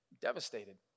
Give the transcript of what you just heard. devastated